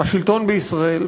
השלטון בישראל,